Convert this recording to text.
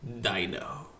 dino